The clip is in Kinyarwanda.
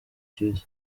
kibisi